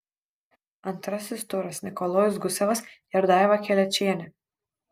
antrasis turas nikolajus gusevas ir daiva kelečienė